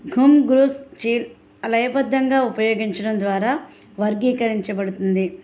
కుమ్ గ్రుస్ చిల్ లయబద్దంగా ఉపయోగించడం ద్వారా వర్గీకరించబడుతుంది